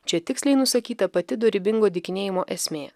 čia tiksliai nusakyta pati dorybingo dykinėjimo esmė